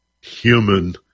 human